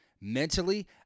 Mentally